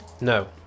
No